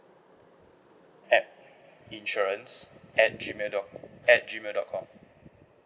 at insurance at gmail dot at gmail dot com